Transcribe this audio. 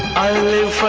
i leave